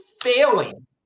failing